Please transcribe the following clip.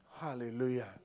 Hallelujah